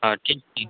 हॅं ठीक छै